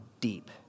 deep